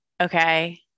Okay